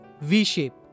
V-shape